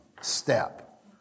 step